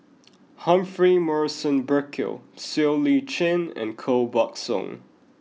Humphrey Morrison Burkill Siow Lee Chin and Koh Buck Song